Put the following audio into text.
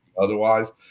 otherwise